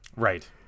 Right